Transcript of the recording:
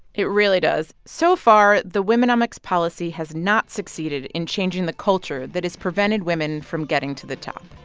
it really does. so far, the womenomics policy has not succeeded in changing the culture that has prevented women from getting to the top.